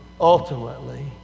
Ultimately